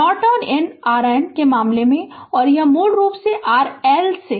Norton IN RN के मामले में और यह मूल रूप से R L से है